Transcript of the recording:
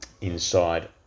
inside